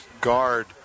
guard